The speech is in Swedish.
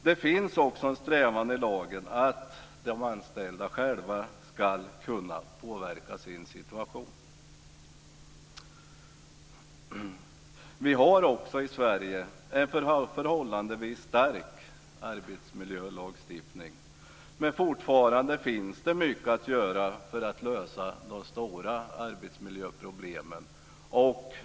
Det finns också en strävan i lagen att de anställda själva ska kunna påverka sin situation. Vi har i Sverige en förhållandevis stark arbetsmiljölagstiftning. Men fortfarande finns det mycket att göra för att lösa de stora arbetsmiljöproblemen.